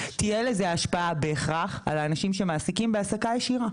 תהיה לזה השפעה בהכרח על אנשים שמעסיקים בהעסקה ישירה.